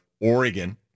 Oregon